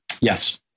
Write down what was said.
Yes